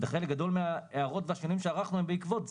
וחלק גדול מההערות והשינויים שערכנו הם בעקבות זה.